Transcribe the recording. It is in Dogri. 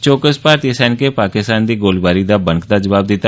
चौकस भारती सैनिकें पाकिस्तान दी गोलीबारी दा बनकदा जवाब दिता